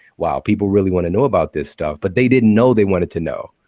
wow, people really want to know about this stuff, but they didn't know they wanted to know.